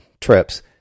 trips –